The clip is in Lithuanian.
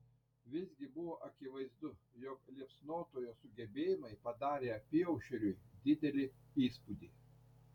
visgi buvo akivaizdu jog liepsnotojo sugebėjimai padarė apyaušriui didelį įspūdį